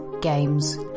games